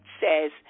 says